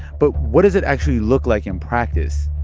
but what does it actually look like in practice?